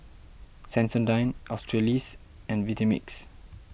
Sensodyne Australis and Vitamix